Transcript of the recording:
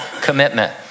commitment